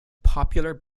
popular